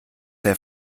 der